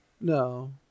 no